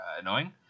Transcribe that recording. annoying